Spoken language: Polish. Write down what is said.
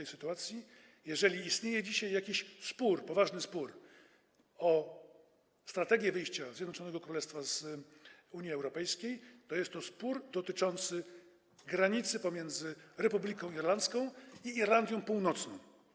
Jeżeli istnieje dzisiaj jakiś poważny spór o strategię wyjścia Zjednoczonego Królestwa z Unii Europejskiej, to jest to spór dotyczący granicy pomiędzy Republiką Irlandii i Irlandią Północną.